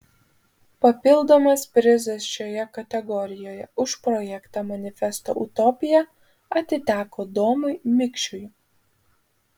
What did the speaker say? papildomas prizas šioje kategorijoje už projektą manifesto utopija atiteko domui mikšiui